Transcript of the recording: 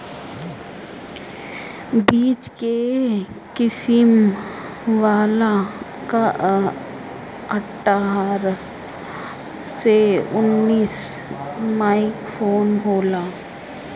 बीच के किसिम वाला कअ अट्ठारह से उन्नीस माइक्रोन होला